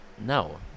No